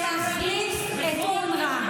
הוא להחליף את אונר"א.